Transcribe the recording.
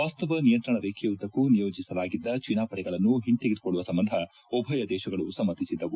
ವಾಸ್ತವ ನಿಯಂತ್ರಣ ರೇಖೆಯುದ್ದಕ್ಕೂ ನಿಯೋಜಿಸಲಾಗಿದ್ದ ಚೀನಾ ಪಡೆಗಳನ್ನು ಹಿಂತೆಗೆದುಕೊಳ್ಳುವ ಸಂಬಂಧ ಉಭಯ ದೇಶಗಳು ಸಮ್ಮತಿಸಿದ್ದವು